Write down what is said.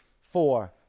four